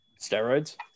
Steroids